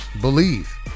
believe